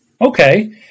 okay